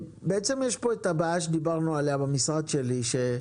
הבעיה שדיברנו עליה במשרד שלי,